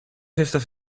estas